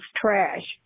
trash